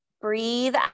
Breathe